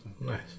Nice